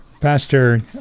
Pastor